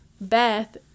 beth